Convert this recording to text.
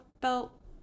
belt